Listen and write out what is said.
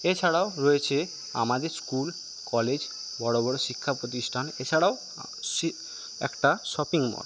এছাড়াও রয়েছে আমাদের স্কুল কলেজ বড়ো বড়ো শিক্ষা প্রতিষ্ঠান এছাড়াও একটা শপিং মল